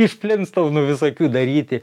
iš flinstounų visokių daryti